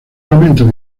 elementos